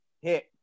hit